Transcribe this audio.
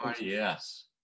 Yes